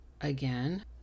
again